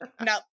No